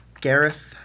Gareth